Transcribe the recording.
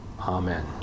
Amen